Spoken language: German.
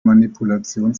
manipulation